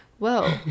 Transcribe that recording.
whoa